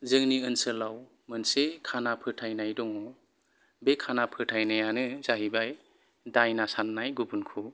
जोंनि ओनसोलाव मोनसे खाना फोथायनाय दङ बे खाना फोथायनायानो जाहैबाय दायना साननाय गुबुनखौ